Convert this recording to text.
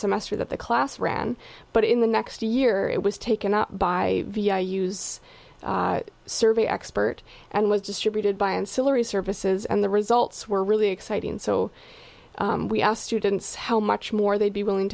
semester that the class ran but in the next year it was taken up by use survey expert and was distributed by and celery services and the results were really exciting so we asked students how much more they'd be willing